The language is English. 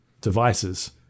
devices